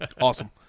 Awesome